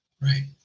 Right